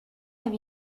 have